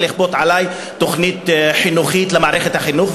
לכפות תוכנית חינוכית על מערכת החינוך,